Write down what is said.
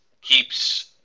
keeps